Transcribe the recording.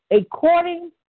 according